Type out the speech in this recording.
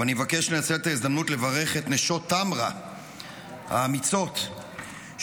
אבל אני מבקש לנצל את ההזדמנות לברך את נשות טמרה האמיצות שיצאו